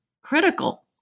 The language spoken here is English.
critical